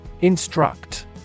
Instruct